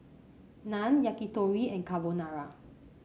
Naan Yakitori and Carbonara